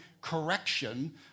correction